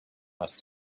asked